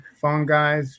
fungi